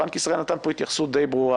בנק ישראל התייחס פה בצורה די ברורה.